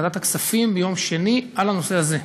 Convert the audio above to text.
בוועדת הכספים ביום שני על הנושא הזה.